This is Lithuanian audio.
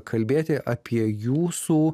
kalbėti apie jūsų